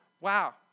Wow